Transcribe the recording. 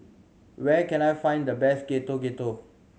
where can I find the best Getuk Getuk